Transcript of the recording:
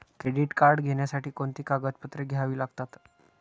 Credit card घेण्यासाठी कोणती कागदपत्रे घ्यावी लागतात?